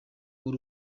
w’u